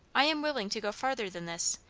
i am willing to go farther than this,